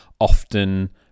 often